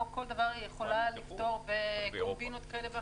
לא כל דבר היא יכולה לפתור בקומבינות כאלה ואחרות.